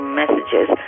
messages